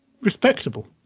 respectable